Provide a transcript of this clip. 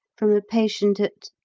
from a patient at.